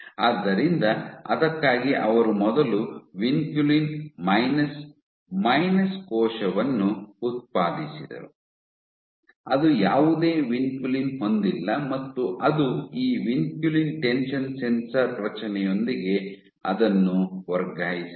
ಆದ್ದರಿಂದ ಅದಕ್ಕಾಗಿ ಅವರು ಮೊದಲು ವಿನ್ಕುಲಿನ್ ಮೈನಸ್ ಮೈನಸ್ ಕೋಶವನ್ನು ಉತ್ಪಾದಿಸಿದರು ಅದು ಯಾವುದೇ ವಿನ್ಕುಲಿನ್ ಹೊಂದಿಲ್ಲ ಮತ್ತು ಅದು ಈ ವಿನ್ಕುಲಿನ್ ಟೆನ್ಷನ್ ಸೆನ್ಸರ್ ರಚನೆಯೊಂದಿಗೆ ಅದನ್ನು ವರ್ಗಾಯಿಸಿದರು